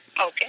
Okay